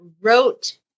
wrote